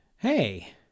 Hey